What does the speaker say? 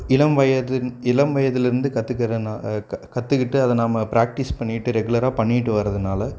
இளம் வயது இளம் வயதிலேருந்து கற்றுக்கறனா கற்றுக்கிட்டு அதை நம்ம ப்ராக்டிஸ் பண்ணிட்டு ரெகுலராக பண்ணிட்டு வரதனால்